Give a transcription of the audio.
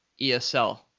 ESL